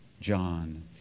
John